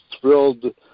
thrilled